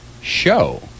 Show